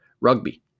rugby